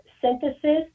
synthesis